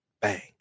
Bang